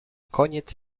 koniec